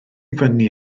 fyny